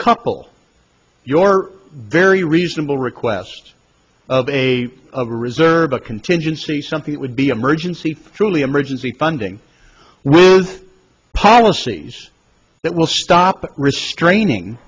couple your very reasonable request of a of a reserve a contingency something it would be emergency truly emergency funding with policies that will stop restraining